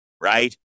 right